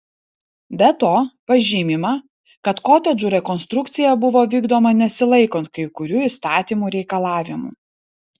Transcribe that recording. be to pažymima kad kotedžų rekonstrukcija buvo vykdoma nesilaikant kai kurių įstatymų reikalavimų